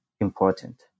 important